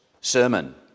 sermon